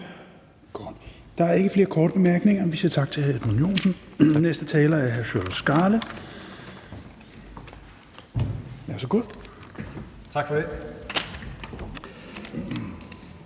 Der er ikke flere korte bemærkninger, så vi siger tak til hr. Edmund Joensen. Næste taler er hr. Sjúrður Skaale. Værsgo. Kl.